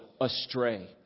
astray